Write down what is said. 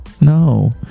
No